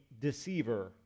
deceiver